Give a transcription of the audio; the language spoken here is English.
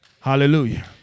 Hallelujah